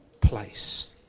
place